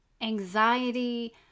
anxiety